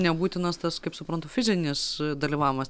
nebūtinas tas kaip suprantu fizinis dalyvavimas